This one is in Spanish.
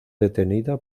detenida